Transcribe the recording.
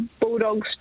Bulldogs